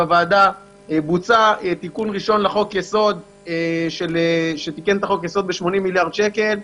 בוועדה בוצע תיקון ראשון יסוד לחוק יסוד ב-80 מיליארד שקל,